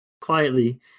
Quietly